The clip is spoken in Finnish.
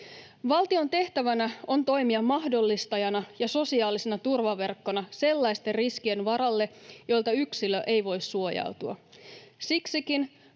Valtion tehtävänä on toimia mahdollistajana ja sosiaalisena turvaverkkona sellaisten riskien varalle, joilta yksilö ei voi suojautua.